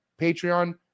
Patreon